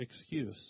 excuse